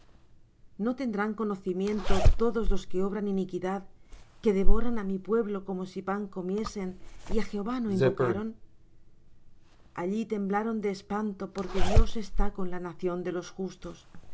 no tendrán conocimiento todos los que obran iniquidad que devoran á mi pueblo como si pan comiesen y á jehová no invocaron allí temblaron de espanto porque dios está con la nación de los justos